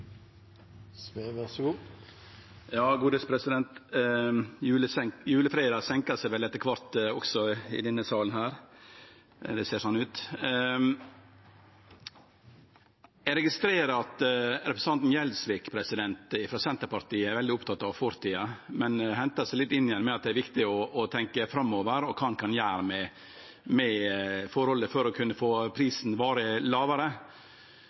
seg vel etter kvart også i denne salen, eller det ser slik ut. Eg registrerer at representanten Gjelsvik frå Senterpartiet er veldig oppteken av fortida, men at han hentar seg litt inn igjen med at det er viktig å tenkje framover og sjå kva ein kan gjere for å kunne få